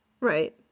right